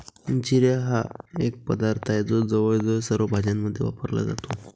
जिरे हा एक पदार्थ आहे जो जवळजवळ सर्व भाज्यांमध्ये वापरला जातो